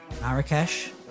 Marrakesh